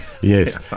Yes